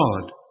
God